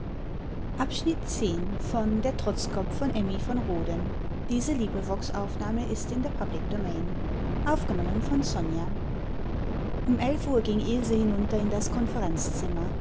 um elf uhr ging ilse hinunter in das